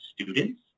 students